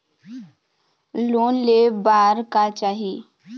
Loan ले बार का चाही?